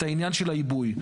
את העניין של העיבוי.